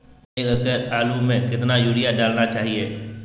एक एकड़ आलु में कितना युरिया डालना चाहिए?